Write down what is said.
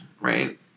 right